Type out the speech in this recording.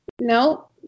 no